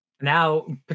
now